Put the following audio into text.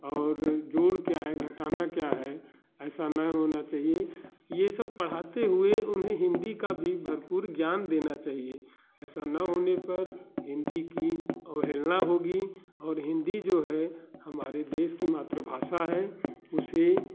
और जोड़ क्या है घटाना क्या है ऐसा न होना चाहिए ये सब पढ़ते हुए उन्हें हिन्दी का भी भरपूर ज्ञान देना चाहिए ऐसा न होने पर हिन्दी की अवहेलना होगी और हिन्दी जो है हमारे देश की मातृभाषा हैं उसे